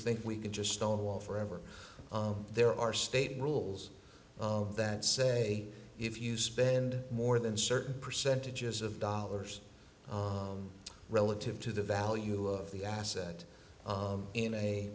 think we can just stonewall forever oh there are state rules of that say if you spend more than certain percentages of dollars relative to the value of the asset in a